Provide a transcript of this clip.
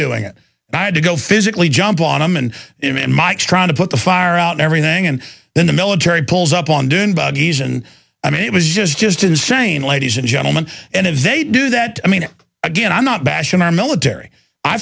doing it i had to go physically jump on him and him and mike's trying to put the fire out everything and then the military pulls up on dune buggies and i mean it was just just insane ladies and gentlemen and if they do that i mean again i'm not bashing our military i